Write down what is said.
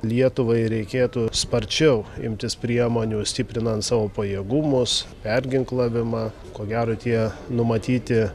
lietuvai reikėtų sparčiau imtis priemonių stiprinant savo pajėgumus perginklavimą ko gero tie numatyti